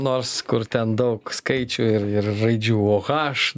nors kur ten daug skaičių ir ir raidžiu o h